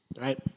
right